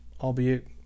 albeit